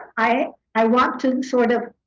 i i want to sort of